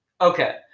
Okay